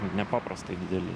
nepaprastai dideli